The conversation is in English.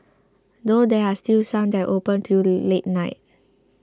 though there are still some that open till late night